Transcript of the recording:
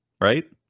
right